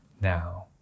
now